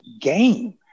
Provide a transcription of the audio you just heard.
game